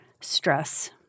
stress